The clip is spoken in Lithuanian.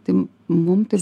tai mum tai